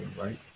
Right